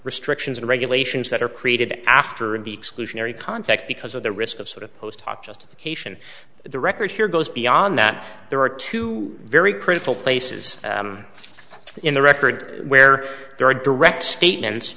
restrictions and regulations that are created after in the exclusionary context because of the risk of sort of post hoc justification the record here goes beyond that there are two very critical places in the record where there are direct statements